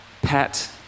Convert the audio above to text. Pat